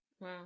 Wow